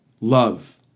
love